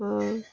ଆଉ